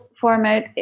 format